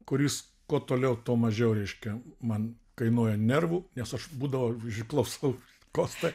kuris kuo toliau tuo mažiau reiškia man kainuoja nervų nes aš būdavo išklausau kostą